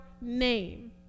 name